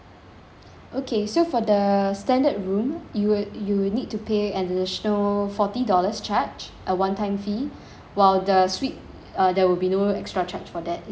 okay so for the standard room you will you will need to pay an additional forty dollars charge a one time fee while the suite uh there will be no extra charge for that is that okay